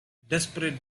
desperate